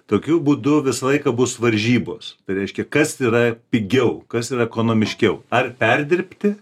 tokiu būdu visą laiką bus varžybos tai reiškia kas yra pigiau kas yra ekonomiškiau ar perdirbti